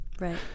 Right